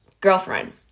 girlfriend